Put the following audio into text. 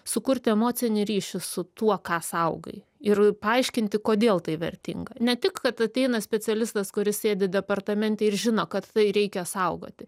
sukurti emocinį ryšį su tuo ką saugai ir paaiškinti kodėl tai vertinga ne tik kad ateina specialistas kuris sėdi departamente ir žino kad tai reikia saugoti